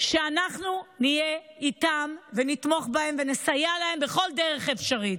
אנחנו נהיה איתם ונתמוך בהם ונסייע להם בכל דרך אפשרית.